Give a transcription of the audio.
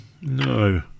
no